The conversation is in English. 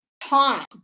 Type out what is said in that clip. time